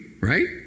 right